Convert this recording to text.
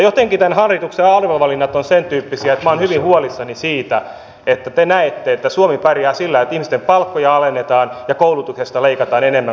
jotenkin tämän hallituksen arvovalinnat ovat sen tyyppisiä että minä olen hyvin huolissani siitä että te näette että suomi pärjää sillä että ihmisten palkkoja alennetaan ja koulutuksesta leikataan enemmän kuin koskaan